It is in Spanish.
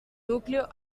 núcleo